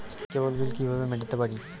কেবল bill কিভাবে মেটাতে পারি?